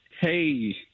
Hey